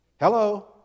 Hello